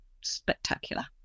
spectacular